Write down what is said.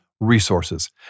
resources